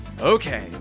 Okay